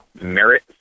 merit